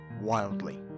wildly